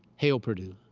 hail purdue.